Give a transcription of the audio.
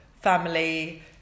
Family